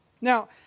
Now